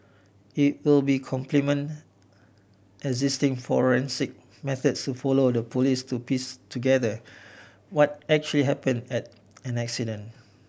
it will be complement existing forensic methods to follow the Police to piece together what actually happen at an incident